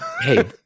Hey